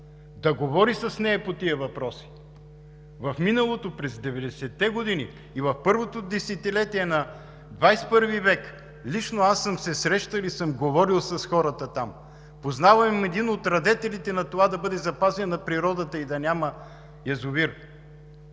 да говори с нея по тези въпроси? В миналото – през 90-те години, и в първото десетилетие на 21 век лично съм се срещал и съм говорил с хората там. Познавам един от радетелите на това да бъде запазена природата и да няма язовир